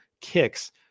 kicks